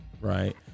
right